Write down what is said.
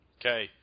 Okay